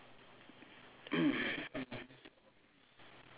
standing up the hmm